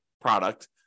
product